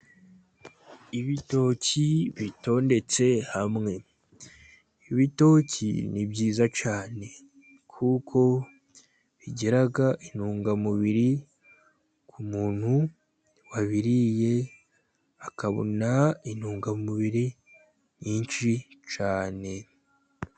Ibitoki bitondetse hamwe. Ibitoki ni byiza cyane kuko bigira intungamubiri ku muntu wabiriye, akabona intungamubiri nyinshi cyane.